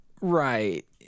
right